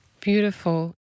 Beautiful